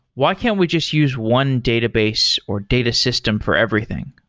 why can't we just use one database or data system for everything?